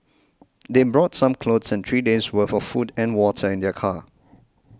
they brought some clothes and three days'worth of food and water in their car